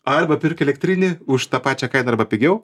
arba pirk elektrinį už tą pačią kainą arba pigiau